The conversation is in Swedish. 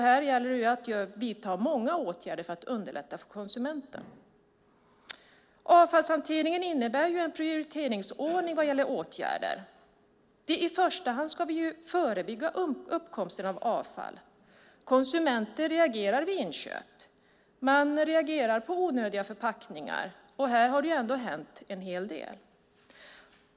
Här gäller det att vidta många åtgärder för att underlätta för konsumenten. Avfallshanteringen innebär en prioriteringsordning vad gäller åtgärder. I första hand ska vi förebygga uppkomsten av avfall. Konsumenter reagerar vid inköp. De reagerar på onödiga förpackningar. Och här har det ju hänt en hel del.